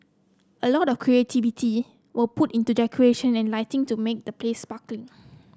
a lot of creativity will put into decoration and lighting to make the place sparkling